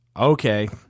Okay